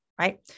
right